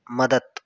मदत